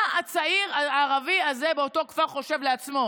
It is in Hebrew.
מה הצעיר הערבי הזה באותו כפר חושב לעצמו: